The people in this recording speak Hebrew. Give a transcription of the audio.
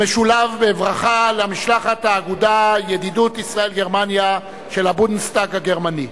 המשולב בברכה למשלחת אגודת הידידות ישראל גרמניה של הבונדסטאג הגרמני.